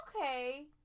okay